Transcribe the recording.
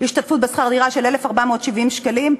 השתתפות בשכר דירה של 1,470 שקלים,